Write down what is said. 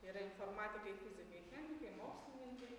yra informatikai fizikai chemikai mokslininkai